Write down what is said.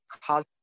cause